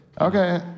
Okay